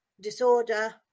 disorder